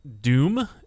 doom